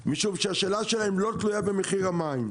משום שהשאלה שלהם לא תלויה במחיר המים,